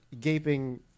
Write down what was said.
gaping